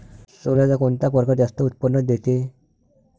सोल्याचा कोनता परकार जास्त उत्पन्न देते?